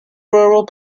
rural